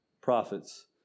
prophets